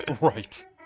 Right